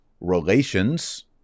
relations